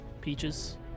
Peaches